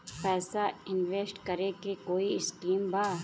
पैसा इंवेस्ट करे के कोई स्कीम बा?